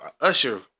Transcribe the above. Usher